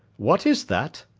what is that?